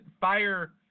fire